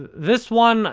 this one,